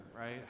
right